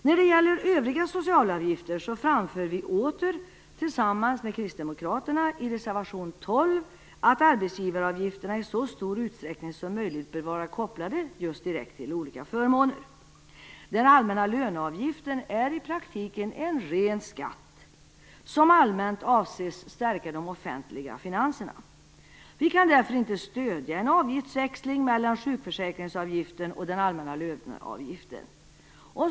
När det gäller övriga socialavgifter framför vi - åter tillsammans med Kristdemokraterna - i reservation 12 att arbetsgivaravgifterna i så stor utsträckning som möjligt bör vara kopplade direkt till olika förmåner. Den allmänna löneavgiften är i praktiken en ren skatt som allmänt avses stärka de offentliga finanserna. Vi kan därför inte stödja en avgiftsväxling mellan sjukförsäkringsavgiften och den allmänna löneavgiften.